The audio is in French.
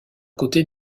côté